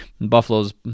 Buffalo's